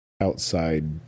outside